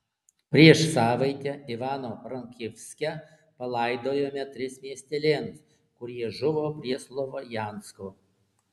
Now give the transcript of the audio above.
prieš savaitę ivano frankivske palaidojome tris miestelėnus kurie žuvo prie slovjansko